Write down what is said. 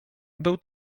był